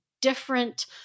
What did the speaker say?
different